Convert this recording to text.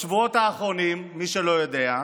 בשבועות האחרונים, למי שלא יודע,